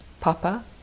Papa